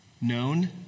known